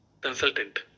consultant